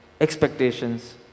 expectations